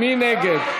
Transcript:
מי נגד?